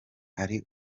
hari